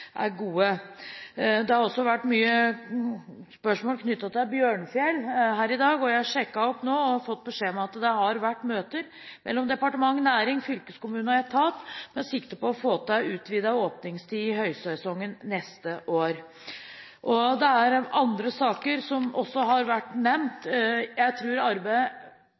Det har også vært mange spørsmål knyttet til Bjørnfjell her i dag, og jeg har nå sjekket det opp og fått beskjed om at det har vært møter mellom departement, næring, fylkeskommune og etat med sikte på å få til utvidet åpningstid i høytidene neste år. Det er andre saker som også har vært nevnt. Jeg